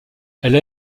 elle